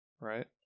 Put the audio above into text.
right